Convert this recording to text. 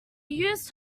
used